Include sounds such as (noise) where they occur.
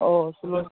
ᱚᱸᱻ (unintelligible)